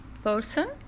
person